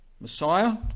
messiah